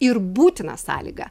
ir būtina sąlyga